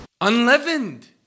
Unleavened